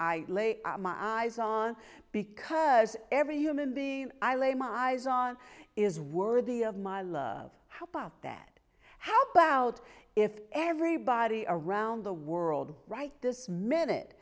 out my eyes on because every human being i lay my eyes on is worthy of my love how about that how about if everybody around the world right this minute